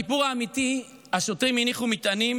בסיפור האמיתי השוטרים הניחו מטענים,